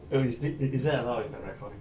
oh is it is is that allowed in my recording